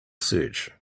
search